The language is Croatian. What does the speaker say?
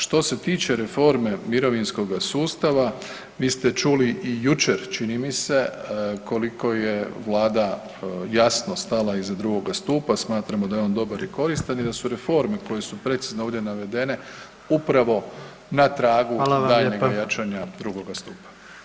Što se tiče reforme mirovinskoga sustava vi ste čuli i jučer čini mi se koliko je Vlada jasno stala iza drugoga stupa, smatramo da je on dobar i koristan i da su reforme koje su precizno ovdje navedene upravo na tragu [[Upadica: Hvala vam lijepa.]] daljnjega jačanja drugoga stupa.